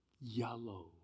yellow